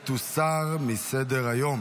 להלן תוצאות ההצבעה: 49 נגד, 32 בעד.